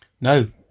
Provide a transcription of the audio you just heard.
No